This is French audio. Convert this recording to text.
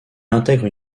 intègre